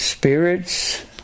Spirits